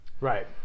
Right